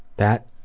that